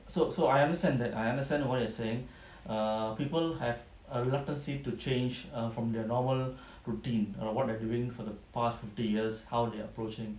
ya so so I understand that I understand what you're saying err people have reluctancy to change err from their normal routine or what they're doing for the past fifty years how they approach them